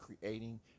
creating